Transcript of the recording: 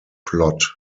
plot